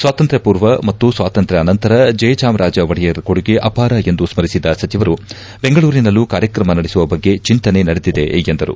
ಸ್ಥಾತಂತ್ರ್ಯಾ ಪೂರ್ವ ಮತ್ತು ಸ್ವಾತಂತ್ರ್ಯಾ ನಂತರ ಜಯಚಾಮರಾಜ ಒಡೆಯರ್ ಕೊಡುಗೆ ಅಪಾರ ಎಂದು ಸ್ನರಿಸಿದ ಸಚಿವರು ಬೆಂಗಳೂರಿನಲ್ಲೂ ಕಾರ್ಯಕ್ರಮ ನಡೆಸುವ ಬಗ್ಗೆ ಚಿಂತನೆ ನಡೆದಿದೆ ಎಂದರು